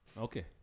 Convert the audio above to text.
Okay